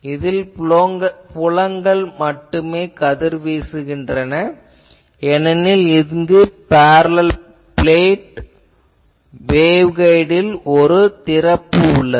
இதில் புலங்கள் மட்டுமே கதிர்வீசுகின்றன ஏனெனில் இங்கு பேரலல் பிளேட் வேவ்கைடில் ஒரு திறப்பு உள்ளது